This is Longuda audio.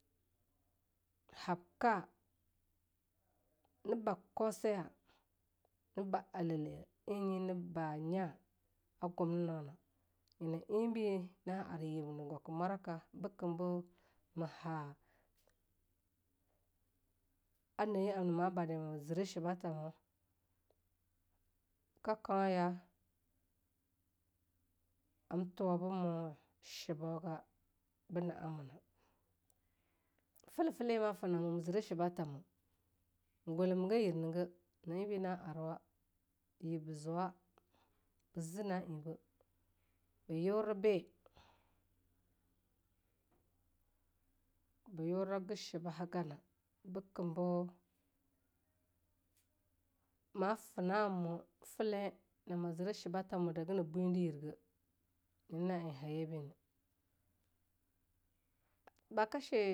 Habka nae bah kosai'a, nae bah alaleae enyi ne bah nya a gumnenawa yena enbe na ar yib ne gwaka moraka bikem be ma ha aneyaamna ma bada me zire shibathamo kekauya am tuwa be mo shebogarbe na'amonar Feli-feli en ma fuena mo ma zire shibathamo me gwalege ma yirnege nyina enbe na arwa yib be zuwa be zi na'eibe ba yorebe-ba yorega shihagana bikembe ma fue na'amo fele nama zire shebatha mude haganab buendir yirge, neyana na'ea ha hakashe.